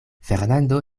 fernando